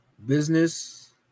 Business